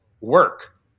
work